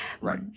Right